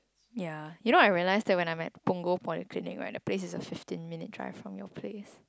ya you know I realize that when I'm at Punggol-polyclinic the place is a fifteen minutes drive from your place